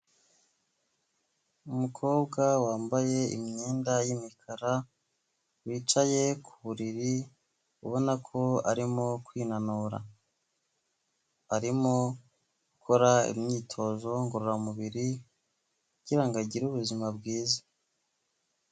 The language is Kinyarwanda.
Umukobwa wambaye imyenda yimikara wicaye ku buriri ubona ko arimo kwinanura, arimo akora imyitozo ngororamubiri kugirango agire ubuzima bwiza.